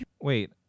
Wait